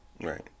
Right